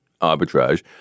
arbitrage